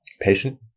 Patient